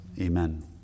Amen